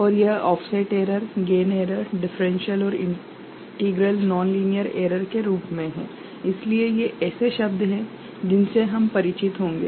और यह offset error gain error differential और इंटीग्रल नोन लिनियरिटी एरर के रूप में है इसलिए ये ऐसे शब्द हैं जिनसे हम परिचित होंगे